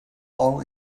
all